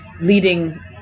leading